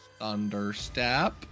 Thunderstep